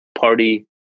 party